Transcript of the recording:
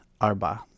arba